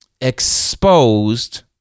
exposed